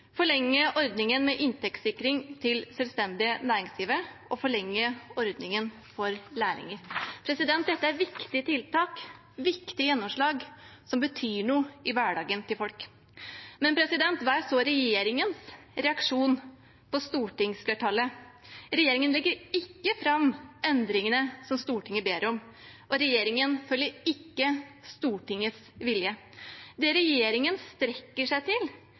forlenge ordningen med inntektssikring til selvstendig næringsdrivende og forlenge ordningen for lærlinger. Dette er viktige tiltak, viktige gjennomslag, som betyr noe i hverdagen til folk. Hva er så regjeringens reaksjon på stortingsflertallet? Regjeringen legger ikke fram endringene som Stortinget ber om, og regjeringen følger ikke Stortingets vilje. Det regjeringen strekker seg til